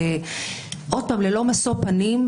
ללא משוא פנים,